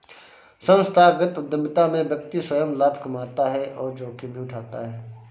संस्थागत उधमिता में व्यक्ति स्वंय लाभ कमाता है और जोखिम भी उठाता है